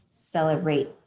celebrate